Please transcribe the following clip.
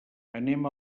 anem